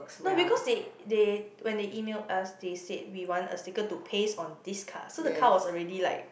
no because they they when they email us they say we want a sticker to paste on this car so the car was already like